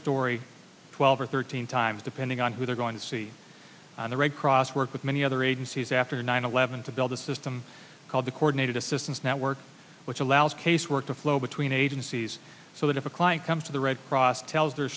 story twelve or thirteen times depending on who they're going to see on the red cross work with many other agencies after nine eleven to build a system called the coordinated assistance network which allows casework to flow between agencies so that if a client comes to the red cross tells the